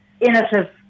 innovative